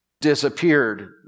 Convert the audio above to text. disappeared